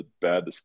bad